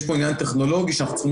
יש פה עניין טכנולוגי שאנחנו צריכים